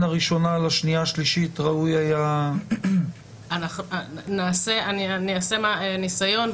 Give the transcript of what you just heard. הראשונה לשנייה לשלישית ראוי היה --- אני אעשה ניסיון,